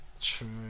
True